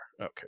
Okay